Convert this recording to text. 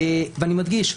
ואני מדגיש,